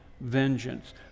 vengeance